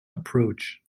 approach